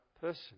person